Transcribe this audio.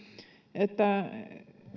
että